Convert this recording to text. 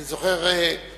אני זוכר תקופה,